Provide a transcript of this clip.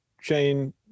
chain